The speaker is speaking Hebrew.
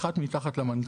אחת מתחת למנכ"ל,